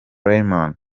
raymond